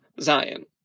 Zion